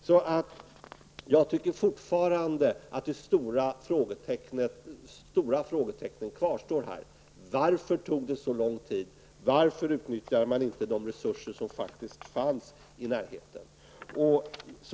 Så jag tycker fortfarande att de stora frågetecknen kvarstår: Varför tog det så lång tid? Varför utnyttjade man inte de resurser som faktiskt fanns i närheten?